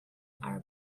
are